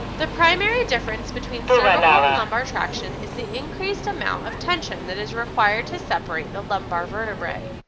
the primary difference between cervical and lumbar traction is the increased amount of tension that is required to separate the lumbar vertebrae.